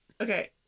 Okay